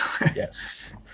Yes